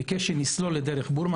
הוא ביקש שנסלול את דרך בורמה,